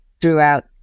throughout